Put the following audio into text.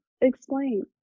Explain